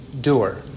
doer